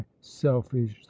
selfish